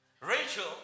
Rachel